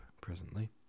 presently